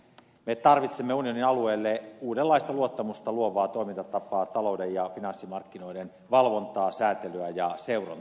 me tarvitsemme unionin alueelle uudenlaista luottamusta luovaa toimintatapaa talouden ja finanssimarkkinoiden valvontaa säätelyä ja seurantaa